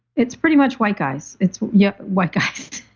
it's pretty much white guys. it's yeah white guys,